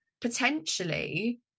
potentially